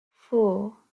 four